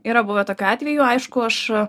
yra buvę tokių atvejų aišku aš